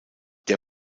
der